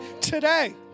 today